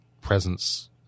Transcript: presence